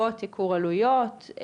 לרבות ייקור עלויות,